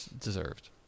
deserved